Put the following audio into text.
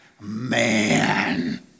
Man